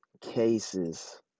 cases